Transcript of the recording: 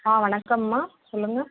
ஆ வணக்கம்மா சொல்லுங்கள்